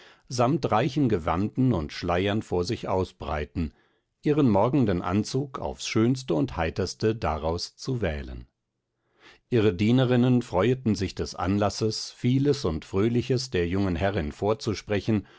samt reichen gewanden und schleiern vor sich ausbreiten ihren morgenden anzug aufs schönste und heiterste daraus zu wählen ihre dienerinnen freueten sich des anlasses vieles und fröhliches der jungen herrin vorzusprechen